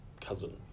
cousin